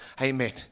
amen